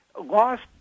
lost